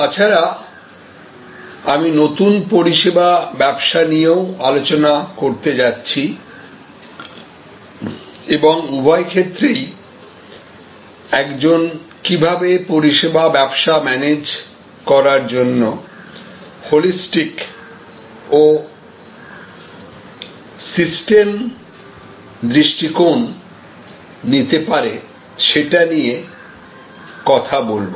তাছাড়া আমি নতুন পরিষেবা ব্যবসা নিয়ে ও আলোচনা করতে যাচ্ছি এবং উভয় ক্ষেত্রেই একজন কিভাবে পরিষেবা ব্যবসা ম্যানেজ করার জন্য হোলিস্টিক ও সিস্টেম দৃষ্টিকোণ নিতে পারে সেটা নিয়ে কথা বলবো